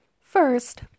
First